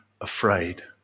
afraid